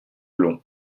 long